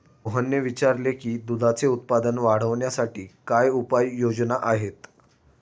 मोहनने विचारले की दुधाचे उत्पादन वाढवण्यासाठी काय उपाय योजना आहेत?